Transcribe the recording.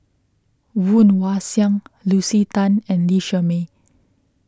Woon Wah Siang Lucy Tan and Lee Shermay